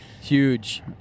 Huge